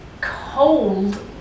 Cold